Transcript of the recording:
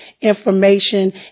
information